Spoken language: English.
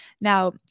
Now